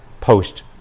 post